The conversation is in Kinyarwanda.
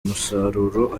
umusaruro